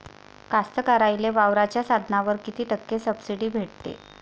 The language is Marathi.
कास्तकाराइले वावराच्या साधनावर कीती टक्के सब्सिडी भेटते?